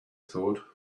thought